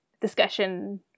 discussion